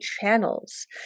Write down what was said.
channels